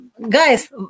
guys